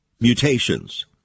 Mutations